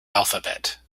alphabet